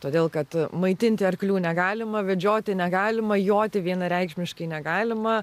todėl kad maitinti arklių negalima vedžioti negalima joti vienareikšmiškai negalima